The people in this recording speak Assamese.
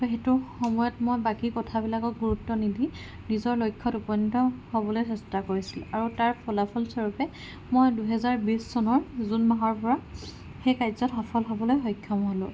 সেইটো সময়ত মই বাকী কথাবিলাক গুৰুত্ব নিদি নিজৰ লক্ষ্যত উপনীত হ'বলৈ চেষ্টা কৰিছিলো আৰু তাৰ ফলাফল স্বৰূপে মই দুহেজাৰ বিছ চনৰ জুন মাহৰ পৰা সেই কাৰ্যত সফল হ'বলৈ সক্ষম হ'লো